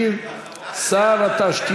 אורן, כמעט שכנעת אותי.